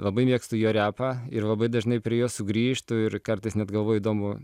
labai mėgstu jo repą ir labai dažnai prie jo sugrįžtu ir kartais net galvoju įdomu